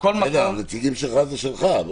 הנציגים שלך הם שלך.